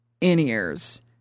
in-ears